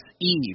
Eve